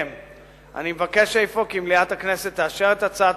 אני מבקש אפוא כי מליאת הכנסת תאשר את הצעת